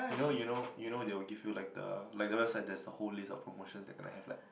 you know you know you know they will give you like the like the website there is a whole list of promotions they gonna have like